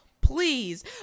Please